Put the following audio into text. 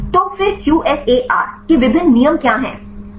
तो फिर QSAR के विभिन्न नियम क्या हैं